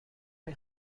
اون